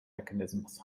mechanisms